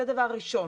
זה דבר ראשון.